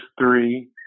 three